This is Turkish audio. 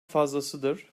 fazlasıdır